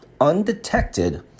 undetected